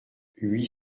huit